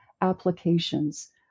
applications